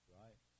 right